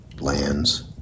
lands